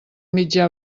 mitjà